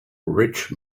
rich